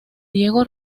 diego